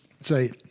say